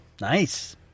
Nice